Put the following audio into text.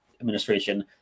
Administration